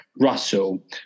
Russell